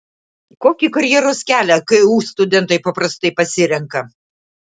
kokį karjeros kelią ku studentai paprastai pasirenka